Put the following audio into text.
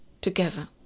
together